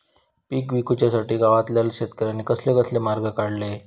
पीक विकुच्यासाठी गावातल्या शेतकऱ्यांनी कसले कसले मार्ग काढले?